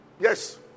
Yes